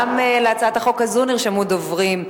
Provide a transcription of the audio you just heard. גם להצעת החוק הזאת נרשמו דוברים.